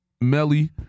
Melly